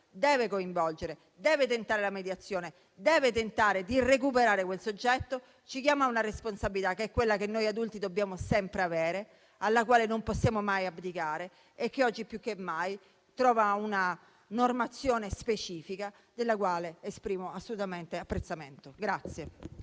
deve coinvolgere, deve tentare la mediazione, deve tentare di recuperare quel soggetto, ci chiama ad una responsabilità, che è quella che noi adulti dobbiamo sempre avere, alla quale non possiamo mai abdicare e che, oggi più che mai, trova una normazione specifica nei confronti della quale esprimo assolutamente apprezzamento.